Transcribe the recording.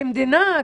כמדינה,